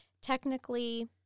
technically